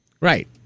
Right